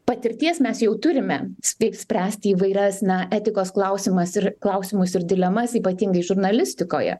patirties mes jau turime kaip spręsti įvairias na etikos klausimas ir klausimus ir dilemas ypatingai žurnalistikoje